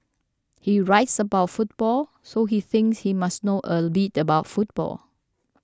he writes about football so he thinks he must know a bit about football